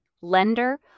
lender